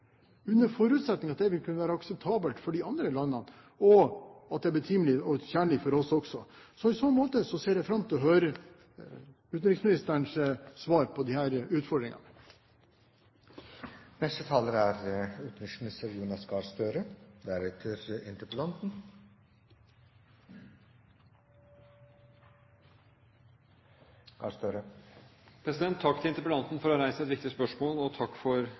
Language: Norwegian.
under forutsetning av at det er akseptabelt for de andre landene, og at det er betimelig og tjenlig for oss også. I så måte ser jeg fram til å høre utenriksministerens svar på disse utfordringene. Takk til interpellanten for å ha reist et viktig spørsmål, og takk til Stortinget for